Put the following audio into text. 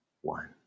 one